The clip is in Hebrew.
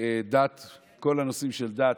כל הנושאים של דת,